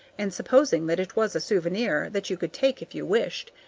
and supposing that it was a souvenir that you could take if you wished,